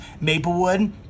Maplewood